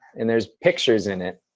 and there's pictures in it.